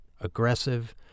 aggressive